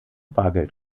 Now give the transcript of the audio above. bargeld